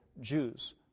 Jews